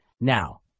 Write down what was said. Now